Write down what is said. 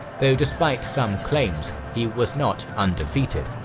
though despite some claims, he was not undefeated.